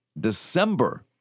December